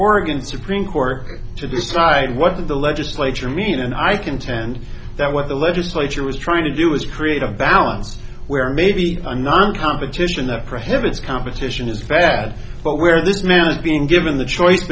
organ supreme court to decide what the legislature mean and i contend that what the legislature was trying to do was create a balance where maybe a non competition that prohibits competition is fads but where this man is being given the choice